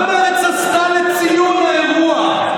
מה מרצ עשתה לציון האירוע?